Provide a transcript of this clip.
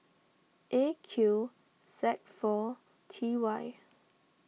A Q Z four T Y